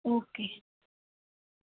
okay